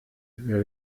wer